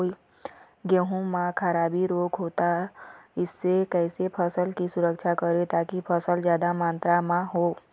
गेहूं म खराबी रोग होता इससे कैसे फसल की सुरक्षा करें ताकि फसल जादा मात्रा म हो?